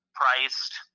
priced